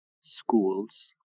schools